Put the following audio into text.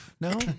No